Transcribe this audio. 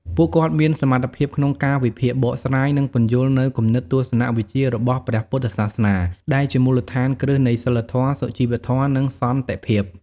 ពួកគាត់មានសមត្ថភាពក្នុងការវិភាគ បកស្រាយ និងពន្យល់នូវគំនិតទស្សនវិជ្ជារបស់ព្រះពុទ្ធសាសនា ដែលជាមូលដ្ឋានគ្រឹះនៃសីលធម៌ សុជីវធម៌ និងសន្តិភាព។